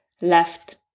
left